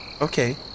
okay